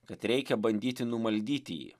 kad reikia bandyti numaldyti jį